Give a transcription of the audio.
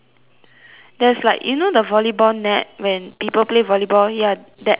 there's like you know the volleyball net when people play volleyball ya that net you have